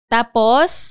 Tapos